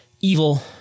Evil